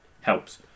helps